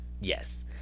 Yes